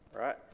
right